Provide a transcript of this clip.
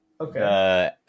okay